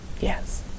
yes